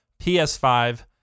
PS5